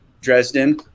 Dresden